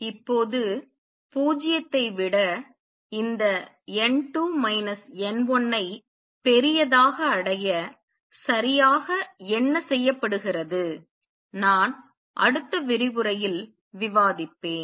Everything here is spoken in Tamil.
இப்போது 0 ஐ விட இந்த n2 n1 ஐ பெரியதாக அடைய சரியாக என்ன செய்யப்படுகிறது நான் அடுத்த விரிவுரையில் விவாதிப்பேன்